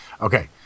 Okay